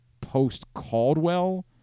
post-Caldwell